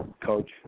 Coach